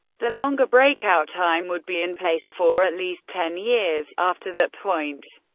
the longer breakout time would be in place for at least ten years after that point,